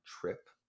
trip